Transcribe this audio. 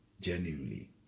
genuinely